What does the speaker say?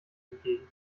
entgegen